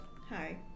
Hi